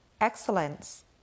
Excellence